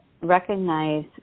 recognize